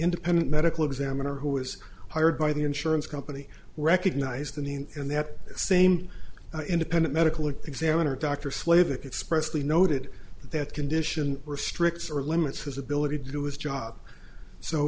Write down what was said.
independent medical examiner who was hired by the insurance company recognized the name and that same independent medical examiner dr slave expressively noted that condition restricts or limits his ability to do his job so